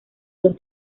los